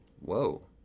Whoa